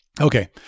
Okay